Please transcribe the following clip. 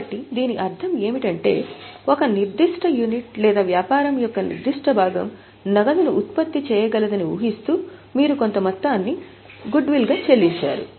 కాబట్టి దీని అర్థం ఏమిటంటే ఒక నిర్దిష్ట యూనిట్ లేదా వ్యాపారం యొక్క నిర్దిష్ట భాగం నగదును ఉత్పత్తి చేయగలదని ఊహిస్తూ మీరు కొంత మొత్తాన్ని గుడ్ విల్ గా చెల్లించారు